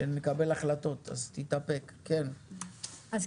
כשנקבל החלטות, אז תתאפק.